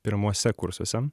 pirmuose kursuose